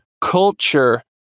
culture